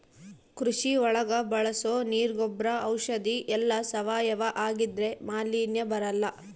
ಕೃಷಿ ಒಳಗ ಬಳಸೋ ನೀರ್ ಗೊಬ್ರ ಔಷಧಿ ಎಲ್ಲ ಸಾವಯವ ಆಗಿದ್ರೆ ಮಾಲಿನ್ಯ ಬರಲ್ಲ